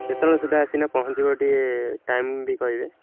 କେତେବେଳେ ସୁଦ୍ଧା ଆସିକିନା ପହଁଞ୍ଚିବ ଟିକେ ଟାଇମ୍ ବି କହିବେ